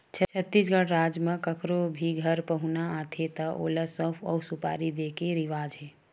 छत्तीसगढ़ राज म कखरो भी घर पहुना आथे त ओला सउफ अउ सुपारी दे के रिवाज हे